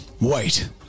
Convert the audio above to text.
Wait